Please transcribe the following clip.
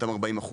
אותם 40%,